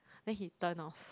then he turn off